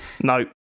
No